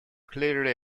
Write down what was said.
clearly